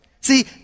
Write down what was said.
See